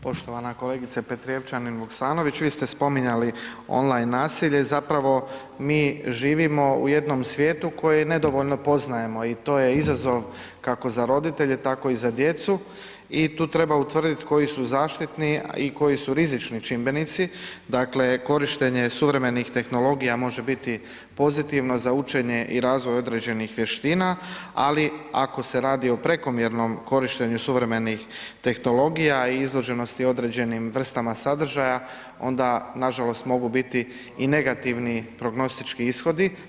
Poštovana kolegice Petrijevčanin Vuksanović, vi ste spominjali online nasilje, zapravo mi živimo u jednom svijetu koje nedovoljno poznajemo i to je izazov kako za roditelje tako i za djecu i tu treba utvrditi koji su zaštitni i koji su rizični čimbenici, dakle, korištenje suvremenih tehnologija, može biti pozitivno za učenje i razvoj određenih vještina, ali ako se radi o prekomjernu korištenju suvremenih tehnologija i izloženosti određenih vrstama sadržaja, onda, nažalost, mogu biti i negativni prognostički ishodi.